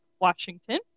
Washington